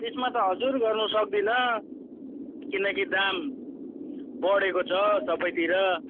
त्यसमा त हजुर गर्नु सक्दिनँ किनकि दाम बढेको छ सबैतिर